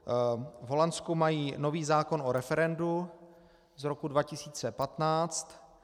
V Holandsku mají nový zákon o referendu z roku 2015.